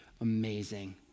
amazing